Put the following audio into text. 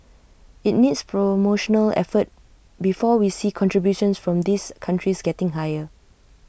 IT needs promotional effort before we see contributions from these countries getting higher